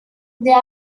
there